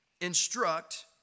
instruct